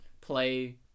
play